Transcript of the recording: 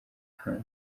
hunt